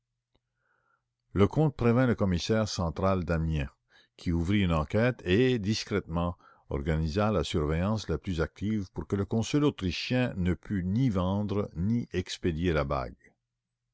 le comte prévint le commissaire central d'amiens qui ouvrit une enquête et discrètement organisa la surveillance la plus active pour que le consul autrichien ne pût ni vendre ni expédier la bague